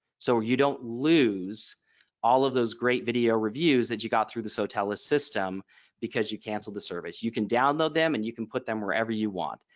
so you don't lose all of those great video reviews that you got through the sotellus system because you canceled the service. you can download them and you can put them wherever you want.